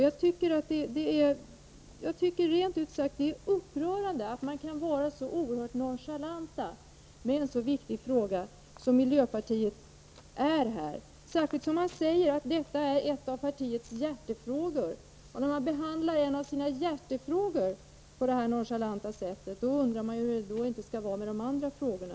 Jag tycker att det är upprörande, rent ut sagt, att man kan vara så oerhört nonchalant som miljöpartiets representanter är här, när det gäller en så viktig fråga, särskilt som man säger att detta är en av partiets hjärtefrågor. När en av partiets hjärtefrågor behandlas på detta sätt, då undrar man hur det är med de andra frågorna.